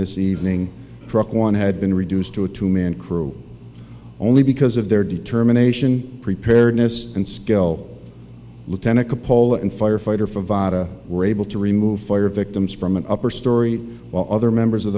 this evening truck one had been reduced to a two man crew only because of their determination preparedness and skill lieutenant cupola and firefighter from vada were able to remove fire victims from an upper story while other members of